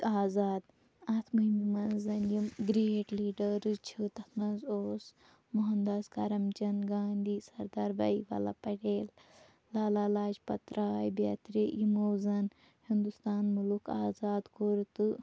آزاد اَتھ مُہمہِ منٛز زن یِم گرٛیٹ لیٖڈٲرٕس چھِ تَتھ منٛز اوس موہن داس کرٛم چند گانٛدھی سردار بھایۍ والا پَٹیل لالا لاج پت راے بیٚترِ یِمَو زَن ہِنٛدوستان مُلُک آزاد کوٚر تہٕ